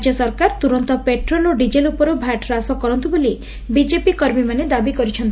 ରାଜ୍ୟ ସରକାର ତୁରନ୍ତ ପେଟ୍ରୋଲ ଓ ଡିଜେଲ ଉପରୁ ଭ୍ୟାଟ୍ ହ୍ରାସ କରନ୍ତୁ ବୋଲି ବିଜେପି କର୍ମୀମାନେ ଦାବି କରିଛନ୍ତି